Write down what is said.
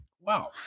Wow